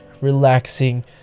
relaxing